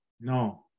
No